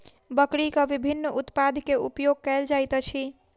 बकरीक विभिन्न उत्पाद के उपयोग कयल जाइत अछि